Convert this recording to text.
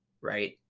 right